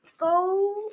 Go